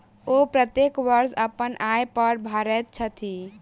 ओ प्रत्येक वर्ष अपन आय कर भरैत छथि